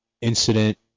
incident